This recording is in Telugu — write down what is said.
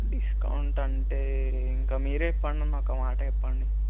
డిస్కౌంట్ అంటే ఇంకా మీరు చెప్పండి అన్న ఒక మాట చెప్పండి